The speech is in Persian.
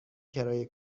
کرایه